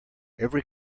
every